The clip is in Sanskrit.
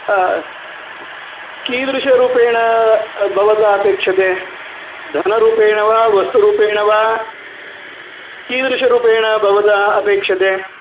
कीदृशरूपेण भवता अपेक्षते धनरूपेण वा वस्तुरूपेण वा कीदृशरूपेण भवता अपेक्षते